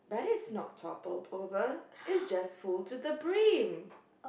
but that's not toppled over it's just full to the brim